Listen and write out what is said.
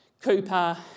Cooper